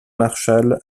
marchal